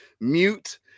mute